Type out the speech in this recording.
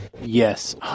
Yes